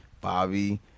Bobby